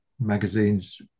magazines